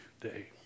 day